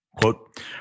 Quote